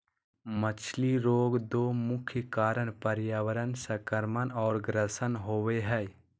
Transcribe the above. मछली रोग दो मुख्य कारण पर्यावरण संक्रमण और ग्रसन होबे हइ